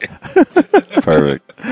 Perfect